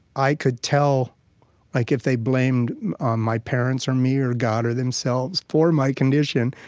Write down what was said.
i could tell like if they blamed my parents, or me, or god, or themselves for my condition.